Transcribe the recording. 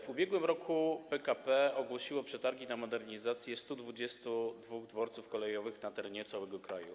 W ubiegłym roku PKP ogłosiło przetargi na modernizację 122 dworców kolejowych na terenie całego kraju.